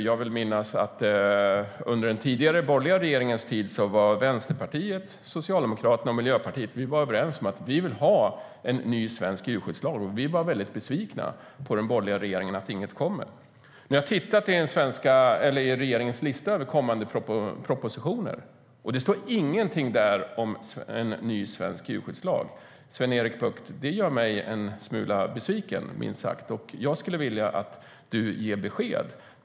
Jag vill minnas att under den tidigare borgerliga regeringens tid var Vänsterpartiet, Socialdemokraterna och Miljöpartiet överens om att vi ville ha en ny svensk djurskyddslag. Vi var besvikna på den borgerliga regeringen för att inget kom. Jag har tittat på regeringens lista över kommande propositioner, och det står ingenting där om en ny svensk djurskyddslag. Sven-Erik Bucht, det gör mig en smula besviken, minst sagt. Jag skulle vilja att du ger besked.